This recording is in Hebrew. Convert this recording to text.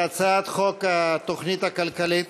אנחנו עוברים להצביע על הצעת חוק התוכנית הכלכלית